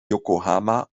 yokohama